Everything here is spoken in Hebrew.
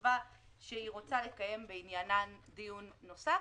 וחשבה שהיא רוצה לקיים בעניינן דיון נוסף,